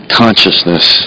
consciousness